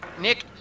Nick